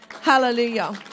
Hallelujah